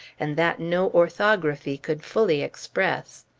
and that no orthography could fully express.